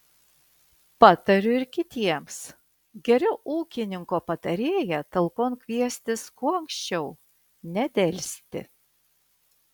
patariu ir kitiems geriau ūkininko patarėją talkon kviestis kuo anksčiau nedelsti